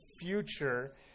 future